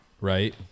right